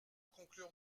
conclure